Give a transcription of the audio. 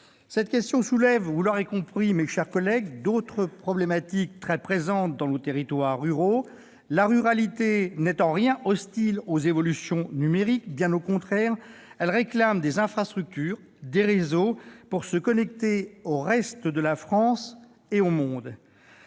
Cette question soulève- vous l'aurez compris, mes chers collègues -d'autres problématiques, très prégnantes dans nos territoires ruraux. La ruralité n'est en rien hostile aux évolutions numériques. Bien au contraire, elle réclame des infrastructures, des réseaux pour se connecter au reste de la France et au monde